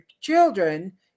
children